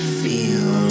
feel